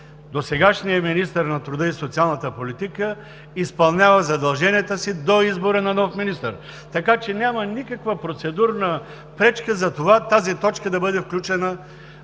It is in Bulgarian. Досегашният министър на труда и социалната политика изпълнява задълженията си до избора на нов министър. Така че няма никаква причина за това тази точка да бъде включена